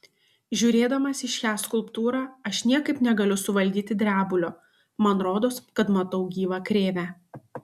žiūrėdamas į šią skulptūrą aš niekaip negaliu suvaldyti drebulio man rodos kad matau gyvą krėvę